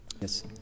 yes